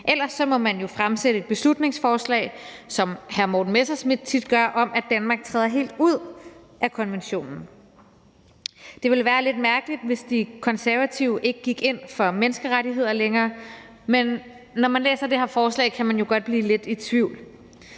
Ellers må man jo fremsætte et beslutningsforslag, som hr. Morten Messerschmidt tit gør, om, at Danmark træder helt ud af konventionen. Det ville være lidt mærkeligt, hvis De Konservative ikke gik ind for menneskerettigheder længere, men når man læser det her forslag, kan man jo godt blive lidt i tvivl.